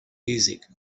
music